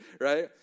right